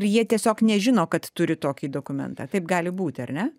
ir jie tiesiog nežino kad turi tokį dokumentą taip gali būti ar ne